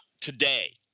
Today